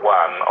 one